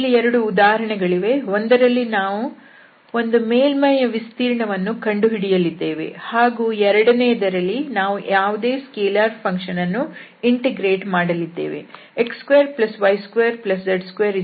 ಇಲ್ಲಿ 2 ಉದಾಹರಣೆಗಳಿವೆ ಒಂದರಲ್ಲಿ ನಾವು ಒಂದು ಮೇಲ್ಮೈಯ ವಿಸ್ತೀರ್ಣವನ್ನು ಕಂಡುಹಿಡಿಯಲಿದ್ದೇವೆ ಹಾಗೂ ಎರಡನೆಯದರಲ್ಲಿ ನಾವು ಯಾವುದೇ ಸ್ಕೆಲಾರ್ ಫಂಕ್ಷನ್ಅನ್ನು ಇಂಟಿಗ್ರೇಟ್ ಮಾಡಲಿದ್ದೇವೆ